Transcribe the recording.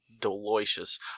delicious